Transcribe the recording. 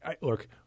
look